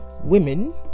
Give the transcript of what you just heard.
women